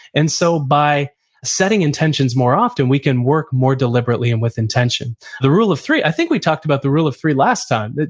and so by setting intentions more often, we can work more deliberately and with intention the rule of three, i think we talked about the rule of three last time,